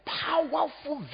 powerful